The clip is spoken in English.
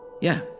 Yeah